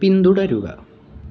പിന്തുടരുക